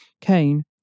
Kane